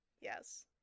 Yes